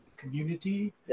community